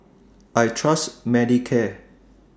I Trust Manicare